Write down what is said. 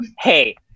hey